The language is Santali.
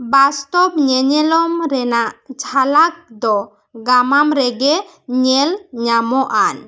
ᱵᱟᱥᱛᱚᱵᱽ ᱧᱮᱧᱮᱞᱚᱝ ᱨᱮᱱᱟᱜ ᱡᱷᱟᱞᱟᱠ ᱫᱚ ᱜᱟᱢᱟᱢ ᱨᱮᱜᱮ ᱧᱮᱞ ᱧᱟᱢᱚᱜᱼᱟ